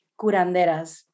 curanderas